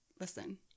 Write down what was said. listen